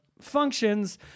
functions